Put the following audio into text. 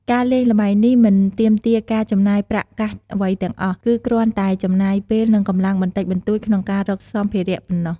ការលេងល្បែងនេះមិនទាមទារការចំណាយប្រាក់កាសអ្វីទាំងអស់ គឺគ្រាន់តែចំណាយពេល និងកម្លាំងបន្តិចបន្តួចក្នុងការរកសម្ភារៈប៉ុណ្ណោះ។